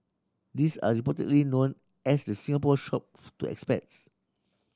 these are reportedly known as the Singapore Shops to expats